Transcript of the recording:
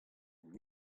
hon